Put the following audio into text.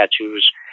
tattoos